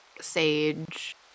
sage